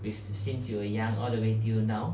with since you were young all the way till now